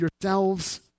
yourselves